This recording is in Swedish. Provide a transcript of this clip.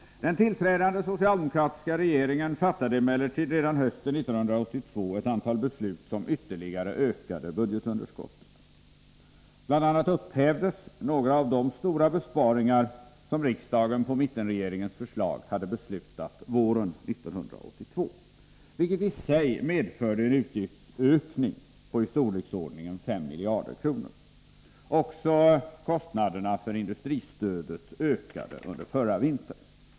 Den tillträdande socialdemokratiska regeringen fattade emellertid redan hösten 1982 ett antal beslut som ytterligare ökade budgetunderskottet. Bl. a. upphävdes några av de stora besparingar som riksdagen på mittenregeringens förslag hade beslutat våren 1982, vilket i sig medförde en utgiftsökning på i storleksordningen 5 miljarder kronor. Också kostnaderna för industristödet ökade under förra vintern.